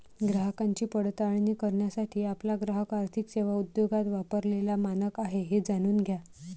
ग्राहकांची पडताळणी करण्यासाठी आपला ग्राहक आर्थिक सेवा उद्योगात वापरलेला मानक आहे हे जाणून घ्या